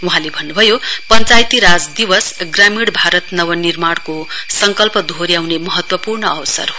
वहाँले भन्न्भयो पञ्चायती राज दिवस ग्रामीण भारत नवनिर्माणको संकल्प दोहो याउने महत्वपूर्ण अवसर हो